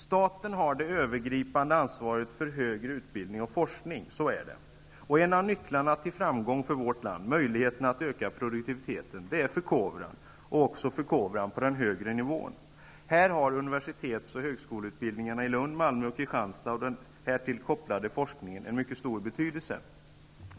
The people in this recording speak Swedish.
Staten har det övergripande ansvaret för högre utbildning och forskning. En av nycklarna till framgång för vårt land och en möjlighet att öka produktiviteten är förkovran. Det gäller också förkovran på den högre nivån. Här har universitetsoch högskoleutbildningarna i Lund, Malmö och Kristianstad och den härtill kopplade forskningen en mycket stor betydelse.